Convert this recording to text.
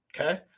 Okay